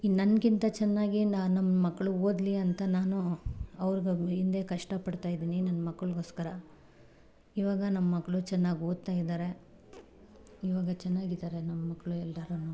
ಇನ್ನು ನನ್ಗಿಂತ ಚೆನ್ನಾಗಿ ನಮ್ಮ ಮಕ್ಕಳು ಓದಲಿ ಅಂತ ನಾನು ಅವ್ರಿಗೆ ಹಿಂದೆ ಕಷ್ಟ ಪಡ್ತಾ ಇದ್ದೀನಿ ನನ್ನ ಮಕ್ಳಿಗೋಸ್ಕರ ಇವಾಗ ನಮ್ಮ ಮಕ್ಕಳು ಚನ್ನಾಗಿ ಓದ್ತಾ ಇದ್ದಾರೆ ಇವಾಗ ಚೆನ್ನಾಗಿದ್ದಾರೆ ನಮ್ಮ ಮಕ್ಕಳು ಎಲ್ಲರೂ